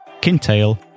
Kintail